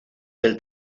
del